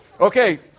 Okay